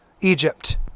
egypt